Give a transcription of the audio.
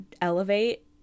elevate